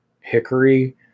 Hickory